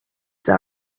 that